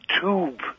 tube